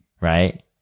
right